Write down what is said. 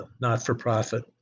not-for-profit